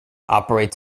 operates